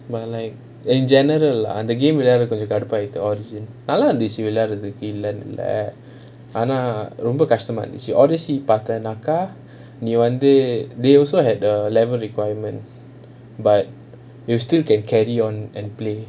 but like in general lah and the game விளையாடுறதுக்கு கொஞ்சம் கடுப்பு ஆயிடுச்சி:vilaiyaadurathuku konjam kadupu aayiduchi origins நல்லா இருந்துச்சி விளையாட இல்லனு இல்ல ஆனா ரொம்ப கஷ்டமா இருந்துச்சி:nallaa irunthuchi vilaiyaada illanu illa aana romba kashtamaa irunthuchi odyssey பாத்தாக்கா நீ வந்து:paathaakaa nee vanthu they also have the level requirement but you still can carry on and play